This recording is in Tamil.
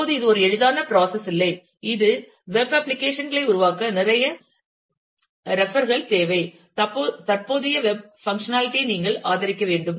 இப்போது இது ஒரு எளிதான ப்ராசஸ் இல்லை இது வெப் அப்ளிகேஷன் களை உருவாக்க நிறைய ரெபர் கள் தேவை தற்போதைய வெப் பங்க்ஷன்னாலிடி ஐ நீங்கள் ஆதரிக்க வேண்டும்